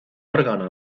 órgano